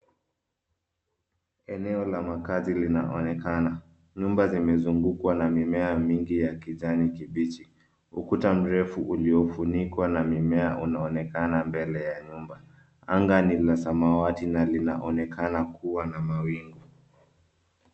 Eneo la makazi linaonekana. Nyuma zimezungukwa na mimea mingi ya kijani kibichi. Ukuta mrefu uliyofunikwa na mimea unaonekana mbele ya nyumba. Anga ni la samawati na linaonekana kuwa na mawingu.